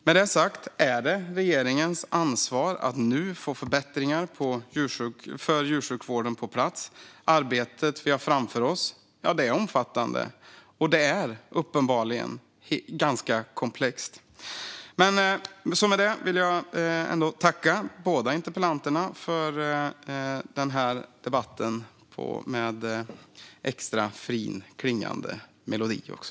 Med det sagt är det regeringens ansvar att nu få förbättringar för djursjukvården på plats. Arbetet vi har framför oss är omfattande, och det är uppenbarligen ganska komplext. Med detta vill jag tacka båda interpellanterna för denna debatt med extra fint klingande dialekt.